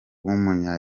w’umunya